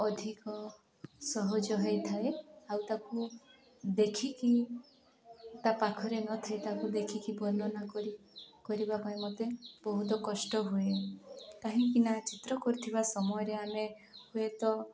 ଅଧିକ ସହଜ ହେଇଥାଏ ଆଉ ତାକୁ ଦେଖିକି ତା' ପାଖରେ ନଥାଏ ତାକୁ ଦେଖିକି ବର୍ଣ୍ଣନା କରି କରିବା ପାଇଁ ମୋତେ ବହୁତ କଷ୍ଟ ହୁଏ କାହିଁକିନା ଚିତ୍ର କରୁଥିବା ସମୟରେ ଆମେ ହୁଏ ତ